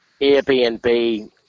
airbnb